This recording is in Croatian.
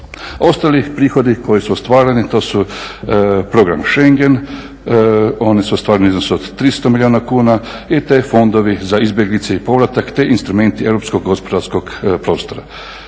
Ostali prihodi koji su ostvareni to su Program Schengen, oni su ostvareni u iznosu od 300 milijuna kuna i te fondovi za izbjeglice i povratak te instrumenti europskog gospodarskog prostora.